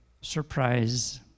surprise